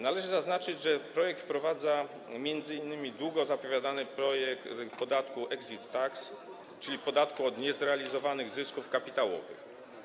Należy zaznaczyć, że projekt wprowadza m.in. długo zapowiadany podatek exit tax, czyli podatek od niezrealizowanych zysków kapitałowych.